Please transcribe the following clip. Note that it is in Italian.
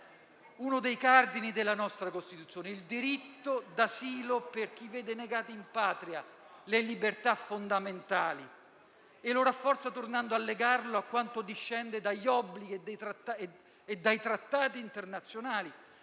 uno dei cardini della nostra Costituzione, il diritto d'asilo per chi vede negate in patria le libertà fondamentali e lo rafforza tornando a legarlo a quanto discende dagli obblighi e dai trattati internazionali,